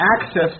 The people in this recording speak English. access